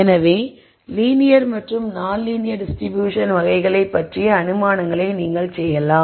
எனவே லீனியர் மற்றும் நான் லீனியர் டிஸ்ட்ரிபியூஷன் வகைகளை பற்றிய அனுமானங்களைச் நீங்கள் செய்யலாம்